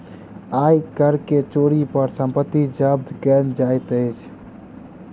आय कर के चोरी पर संपत्ति जब्त कएल जाइत अछि